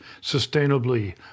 sustainably